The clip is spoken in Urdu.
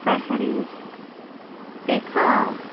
فہرست دکھاؤ